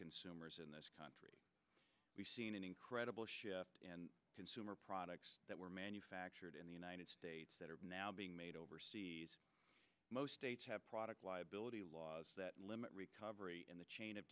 consumers in this country we've seen an incredible shift and consumer products that were manufactured in the united states that are now being made overseas most states have product liability laws that limit recovery in the chain of